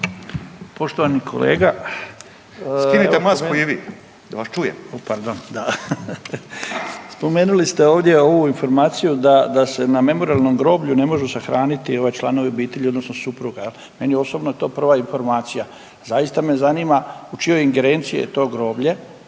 Poštovani kolega … …/Upadica: Skinite masku i vi da vas čujem./… O pardon, da. Spomenuli ste ovdje ovu informaciju da se na Memorijalnom groblju ne mogu sahraniti članovi obitelji, odnosno supruga. Meni je osobno to prva informacija. Zaista me zanima u čijoj ingerenciji je to groblje,